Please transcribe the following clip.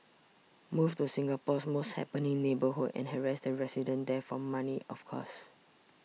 move to Singapore's most happening neighbourhood and harass the residents there for money of course